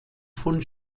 von